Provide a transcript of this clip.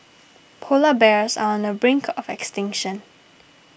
Polar Bears are on the brink of extinction